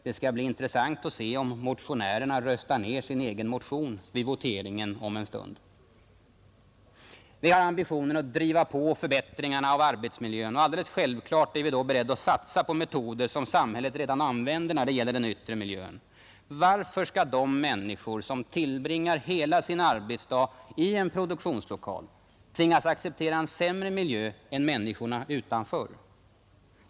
Det skall bli intressant att se om motionärerna röstar ned sin egen motion vid voteringen om en stund, Vi har ambitionen att driva på förbättringarna av arbetsmiljön, och självfallet är vi då beredda att satsa på metoder som samhället redan använder när det gäller den yttre miljön. Varför skall de människor som tillbringar hela sin arbetsdag i en produktionslokal tvingas acceptera en sämre miljö än människorna utanför?